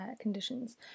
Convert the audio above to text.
conditions